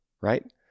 right